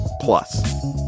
plus